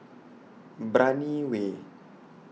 Brani Way